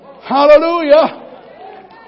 Hallelujah